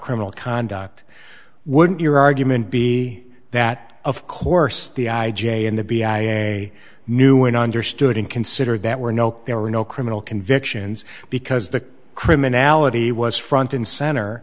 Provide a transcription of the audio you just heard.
criminal conduct wouldn't your argument be that of course the i j a in the b i knew and understood and considered that were no there were no criminal convictions because the criminality was front and center